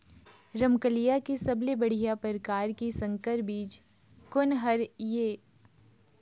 रमकलिया के सबले बढ़िया परकार के संकर बीज कोन हर ये?